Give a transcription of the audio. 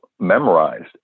memorized